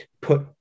put